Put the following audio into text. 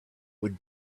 would